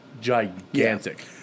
gigantic